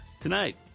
tonight